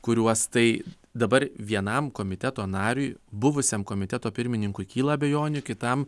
kuriuos tai dabar vienam komiteto nariui buvusiam komiteto pirmininkui kyla abejonių kitam